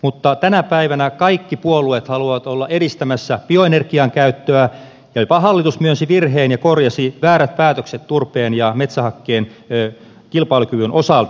mutta tänä päivänä kaikki puolueet haluavat olla edistämässä bioenergian käyttöä ja jopa hallitus myönsi virheen ja korjasi väärät päätökset turpeen ja metsähakkeen kilpailukyvyn osalta